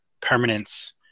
permanence